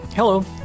Hello